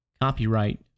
Copyright